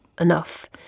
enough